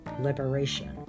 liberation